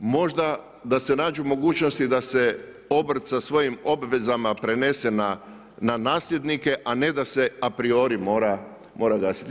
Možda da se nađu mogućnosti da se obrt sa svojim obvezama prenese na nasljednike, a ne da se a priori mora gasiti.